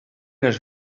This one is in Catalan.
els